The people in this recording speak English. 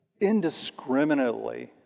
indiscriminately